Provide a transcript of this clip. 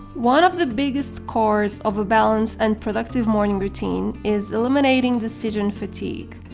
one of the biggest cores of a balanced and productive morning routine is eliminating decision fatigue.